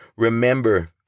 remember